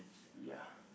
ya